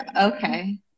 okay